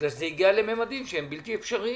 בגלל שזה הגיע לממדים בלתי אפשריים.